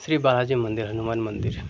শ্রী বালাজি মন্দির হনুমান মন্দির